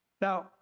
Now